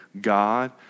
God